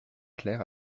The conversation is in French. clair